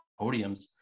podiums